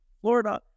Florida